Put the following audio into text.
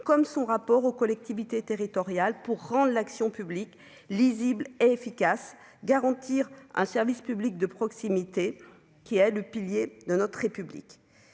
comme son rapport aux collectivités territoriales pour rendre l'action publique, lisible et efficace : garantir un service public de proximité qui est le pilier de notre République,